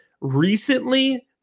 recently